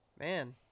man